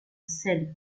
sel